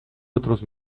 otros